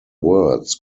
words